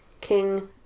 King